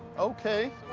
okay.